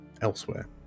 elsewhere